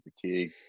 fatigue